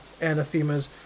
anathemas